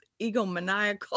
egomaniacal